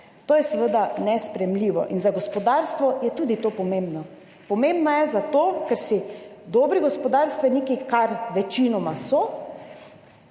To je seveda nesprejemljivo in za gospodarstvo je tudi to pomembno. Pomembno je zato, ker si dobri gospodarstveniki, kar večinoma so,